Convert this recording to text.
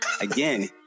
again